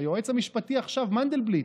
היועץ המשפטי עכשיו, מנדלבליט.